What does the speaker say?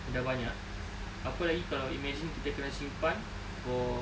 dah banyak apa lagi kalau imagine kita kena simpan for